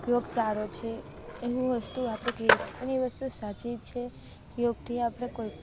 યોગ સારો છે એનું વસ્તુ આપણે કહીએ છે અને એ વસ્તુ સાચી જ છે યોગથી આપણે કોઈ